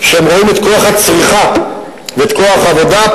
כשהם רואים את כוח הצריכה ואת כוח העבודה,